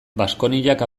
baskoniak